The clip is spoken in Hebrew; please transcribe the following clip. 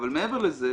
אבל מעבר לזה,